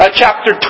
chapter